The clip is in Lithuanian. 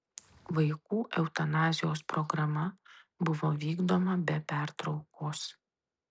vaikų eutanazijos programa buvo vykdoma be pertraukos